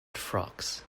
frocks